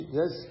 yes